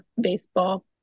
baseball